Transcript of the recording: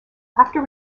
after